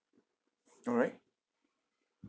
alright